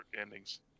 endings